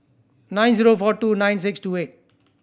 nine zero four two nine six two eight